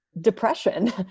depression